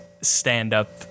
stand-up